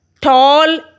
tall